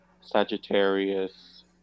Sagittarius